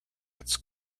its